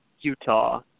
Utah